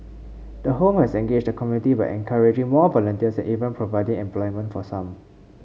the home has engaged the community by encouraging more volunteers and even providing employment for some